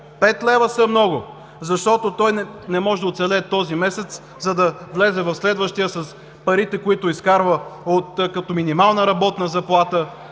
а 5 лева са много. Защото той не може да оцелее този месец, за да влезе в следващия с парите, които изкарва като минимална работна заплата,